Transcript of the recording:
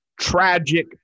tragic